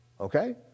Okay